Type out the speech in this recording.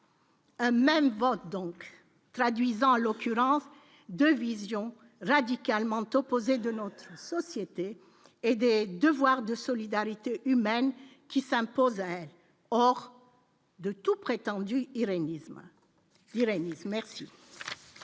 Même vote donc traduisant en l'occurrence 2 visions radicalement opposées de Nantes, société et des devoirs de solidarité humaine qui s'imposaient, hors de tout prétendu ironise : moi,